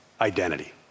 identity